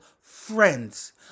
friends